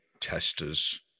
tester's